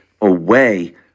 away